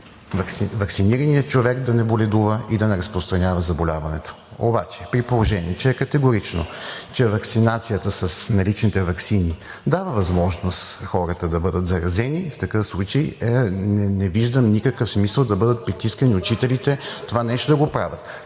ваксинираният човек да не боледува и да не разпространява заболяването. Обаче, при положение че е категорично, че ваксинацията с наличните ваксини дава възможност хората да бъдат заразени, в такъв случай не виждам никакъв смисъл да бъдат притискани учителите това нещо да го правят.